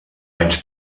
anys